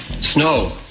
Snow